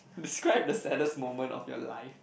describe the saddest moment of your life